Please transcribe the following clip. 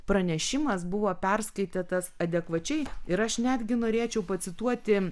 pranešimas buvo perskaitytas adekvačiai ir aš netgi norėčiau pacituoti